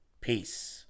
Peace